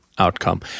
outcome